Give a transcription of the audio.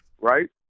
right